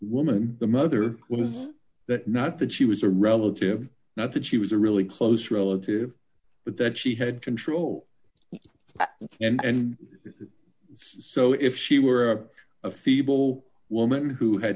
woman the mother was not that she was a relative not that she was a really close relative but that she had control and so if she were a feeble woman who had